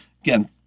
again